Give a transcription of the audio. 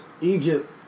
Egypt